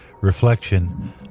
reflection